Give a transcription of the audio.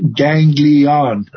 ganglion